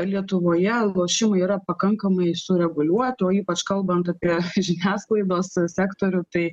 lietuvoje lošimai yra pakankamai sureguliuoti o ypač kalbant apie žiniasklaidos sektorių tai